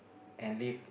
and live